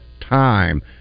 time